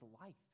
life